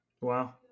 Wow